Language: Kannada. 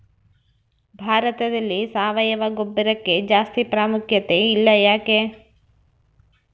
ಭಾರತದಲ್ಲಿ ಸಾವಯವ ಗೊಬ್ಬರಕ್ಕೆ ಜಾಸ್ತಿ ಪ್ರಾಮುಖ್ಯತೆ ಇಲ್ಲ ಯಾಕೆ?